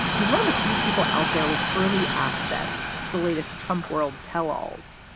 he's one of the few people out there with early access to the latest trump world tells.